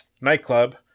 Nightclub